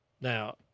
Now